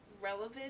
relevant